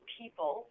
people